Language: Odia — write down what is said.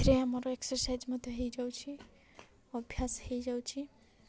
ସେଥିରେ ଆମର ଏକ୍ସରସାଇଜ୍ ମଧ୍ୟ ହୋଇଯାଉଛି ଅଭ୍ୟାସ ହୋଇଯାଉଛି